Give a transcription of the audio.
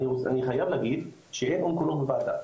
אני חייב להגיד שאין אונקולוג שיושב בוועדה,